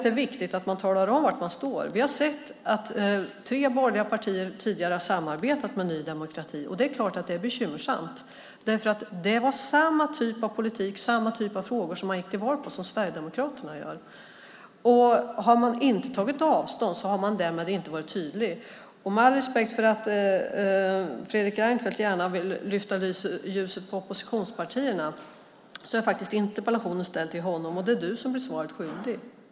Det är viktigt att man talar om var man står. Tre borgerliga partier har tidigare samarbetat med Ny demokrati. Det är klart att det är bekymmersamt. Ny demokrati gick till val med samma typ av politik och samma typ av frågor som Sverigedemokraterna. Har man inte tagit avstånd har man inte varit tydlig. Med all respekt för att Fredrik Reinfeldt gärna vill lyfta ljuset mot oppositionspartierna vill jag betona att interpellationen är ställd till honom. Det är han som blir svaret skyldig.